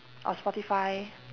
or spotify